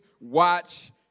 watch